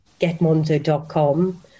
GetMonzo.com